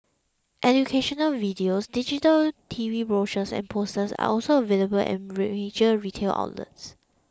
educational videos digital T V brochures and posters are also available at major retail outlets